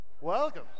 Welcome